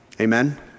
Amen